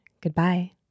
Goodbye